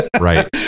right